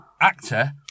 actor